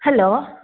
hello